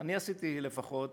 אני עשיתי לפחות